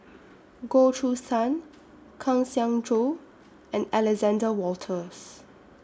Goh Choo San Kang Siong Joo and Alexander Wolters